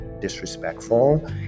disrespectful